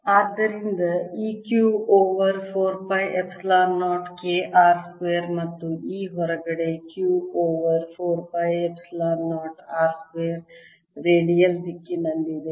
ಆದ್ದರಿಂದ E Q over 4 pi epsilon 0 K r square ಮತ್ತು E ಹೊರಗಡೆ Q over 4 pi epsilon 0 r square radial ದಿಕ್ಕಿನಲ್ಲಿದೆ